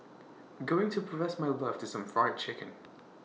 going to profess my love to some Fried Chicken